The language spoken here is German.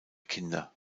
kinder